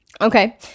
Okay